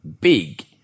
big